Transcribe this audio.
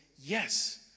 yes